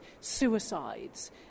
suicides